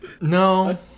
No